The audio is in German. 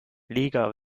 liga